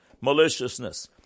maliciousness